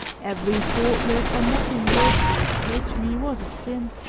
every thoughtless or mocking word that escaped me was a sin,